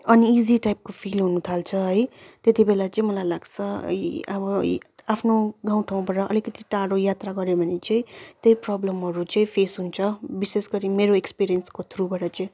uneasy टाइपको feel हुनु थाल्छ है त्यति बेला चाहिँ मलाई लाग्छ अब आफ्नो गाउँ ठाउँबाट अलिकति टाढो यात्रा गर्यो भने चाहिँ त्यही प्रबल्महरू चाहिँ फेस हुन्छ विशेष गरी मेरो एक्सपिरियन्सको थ्रुबाट चाहिँ